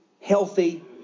healthy